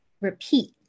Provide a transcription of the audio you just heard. repeat